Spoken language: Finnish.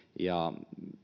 ja